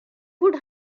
would